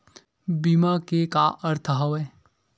बीमा के का अर्थ हवय?